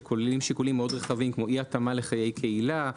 שכוללים שיקולים מאוד רחבים כמו אי התאמה לחיי קהילה,